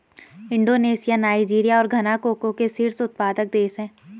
Indonesia Nigeria और Ghana cocoa के शीर्ष उत्पादक देश हैं